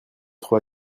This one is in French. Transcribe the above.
trop